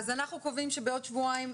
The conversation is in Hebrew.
אז אנחנו קובעים שבעוד שבועיים,